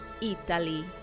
Italy